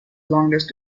longest